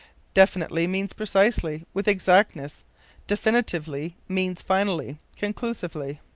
definitely means precisely, with exactness definitively means finally, conclusively.